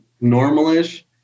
normal-ish